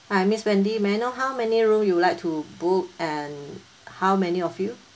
uh miss wendy may I know how many room you would like to book and how many of you